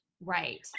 right